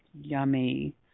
Yummy